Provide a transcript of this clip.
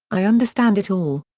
i understand it all.